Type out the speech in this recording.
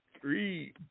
Three